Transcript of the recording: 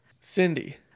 Cindy